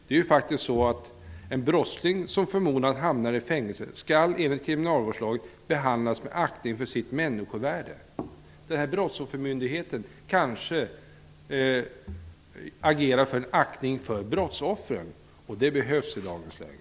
Det är ju nämligen så, att en brottsling som för en månad hamnar i fängelse skall enligt kriminalvårdslagen behandlas med aktning för sitt människovärde. Brottsoffermyndigheten kanske agerar för en aktning för brottsoffren, och det behövs i dagens läge.